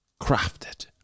crafted